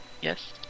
Yes